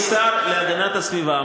כשר להגנת הסביבה,